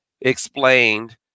explained